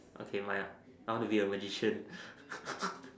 okay mine ah I want to be a magician